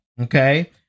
Okay